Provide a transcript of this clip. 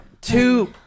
two